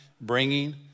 bringing